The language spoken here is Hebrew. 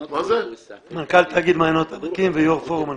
אני מנכ"ל תאגיד המים ויו"ר הפורום.